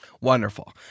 Wonderful